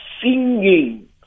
singing